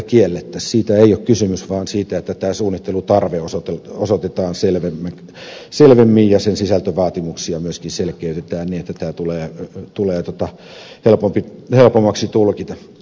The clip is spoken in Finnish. siitä ei ole kysymys vaan siitä että tämä suunnittelutarve osoitetaan selvemmin ja sen sisältövaatimuksia myöskin selkeytetään niin että tämä tulee helpommaksi tulkita